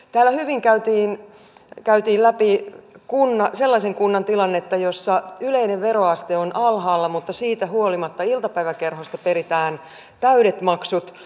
täällä hyvin käytiin läpi sellaisen kunnan tilannetta jossa yleinen veroaste on alhaalla mutta siitä huolimatta iltapäiväkerhosta peritään täydet maksut